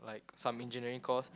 some engineering course